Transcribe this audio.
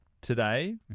today